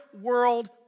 world